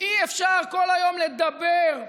אי-אפשר כל היום לדבר,